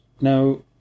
Now